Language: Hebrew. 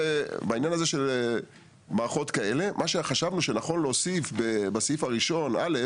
לגבי מערכות כאלה חשבנו שנכון להוסיף בסעיף (א)